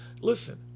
Listen